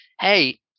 hey